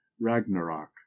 ragnarok